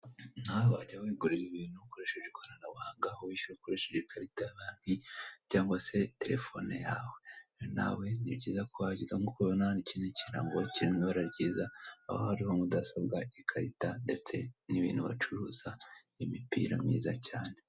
Nawe wajya wigurira ibintu ukoresheje ikoranabuhanga aho wishyura ukoresheje ikarita ya banki cyangwa se terefoni yawe. Nawe ni byiza ko wajya uza nk'uko ubibona hano iki ni kirango kiri mu ibara ryiza, aho hariho mudasobwa, ikarita ndetse n'ibintu bacuruza, imipira myiza cyane.